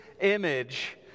image